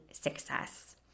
success